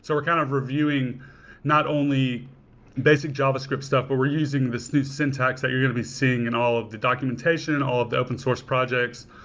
so we're kind of reviewing not only basic javascript stuff, but we're using these syntax that you're going to be seeing in all of the documentation, all of the open-source projects,